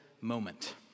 moment